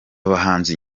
bahanzi